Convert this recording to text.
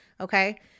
okay